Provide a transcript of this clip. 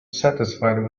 satisfied